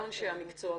גם אנשי המקצוע,